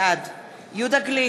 בעד יהודה גליק,